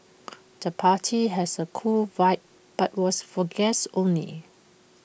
the party has A cool vibe but was for guests only